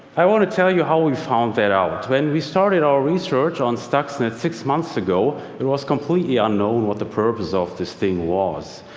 i want to tell you how we found that out. when we started our research on stuxnet six months ago, it was completely unknown what the purpose of this thing was.